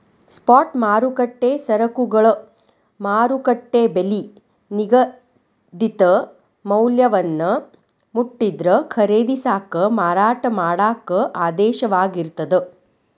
spot ಮಾರುಕಟ್ಟೆ ಸರಕುಗಳ ಮಾರುಕಟ್ಟೆ ಬೆಲಿ ನಿಗದಿತ ಮೌಲ್ಯವನ್ನ ಮುಟ್ಟಿದ್ರ ಖರೇದಿಸಾಕ ಮಾರಾಟ ಮಾಡಾಕ ಆದೇಶವಾಗಿರ್ತದ